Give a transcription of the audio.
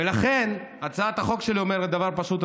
ולכן הצעת החוק שלי אומרת דבר פשוט,